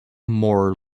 more